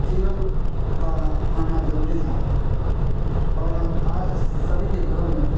ٹیول کا آنا ضروری تھا اور آج سبھی کے گھروں میں